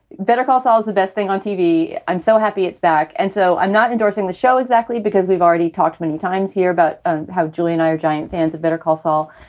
better call. saul is the best thing on tv. i'm so happy it's back and so i'm not endorsing the show. exactly, because we've already talked many times here about ah how julie and i are giant fans of better call saul,